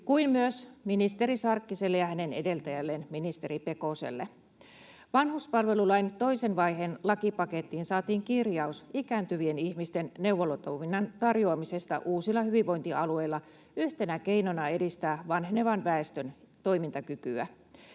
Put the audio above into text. kuin myös ministeri Sarkkiselle ja hänen edeltäjälleen, ministeri Pekoselle. Vanhuspalvelulain toisen vaiheen lakipakettiin saatiin kirjaus ikääntyvien ihmisten neuvolatoiminnan tarjoamisesta uusilla hyvinvointialueilla yhtenä keinona edistää vanhenevan väestön toimintakykyä.